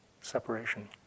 separation